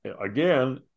again